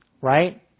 Right